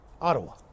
Ottawa